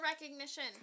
recognition